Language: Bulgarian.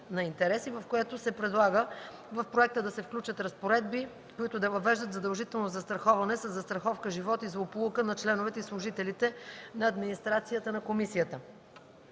на интереси предлага в проекта да се включат разпоредби, които да въвеждат задължително застраховане със застраховка „Живот” и „Злополука” на членовете и служителите на администрацията на комисията.